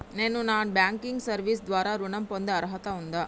నేను non banking service ద్వారా ఋణం పొందే అర్హత ఉందా?